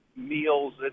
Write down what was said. meals